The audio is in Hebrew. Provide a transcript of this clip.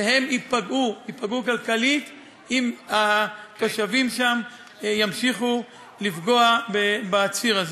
שהם ייפגעו כלכלית אם התושבים שם ימשיכו לפגוע בציר הזה.